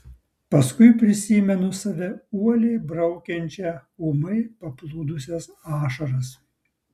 paskui prisimenu save uoliai braukiančią ūmai paplūdusias ašaras